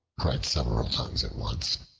cried several tongues at once,